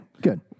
good